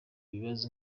ibibazo